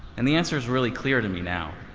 and the answer is really clear to me now.